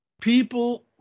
people